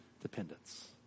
dependence